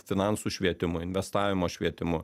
finansų švietimu investavimo švietimu